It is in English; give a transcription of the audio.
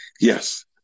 Yes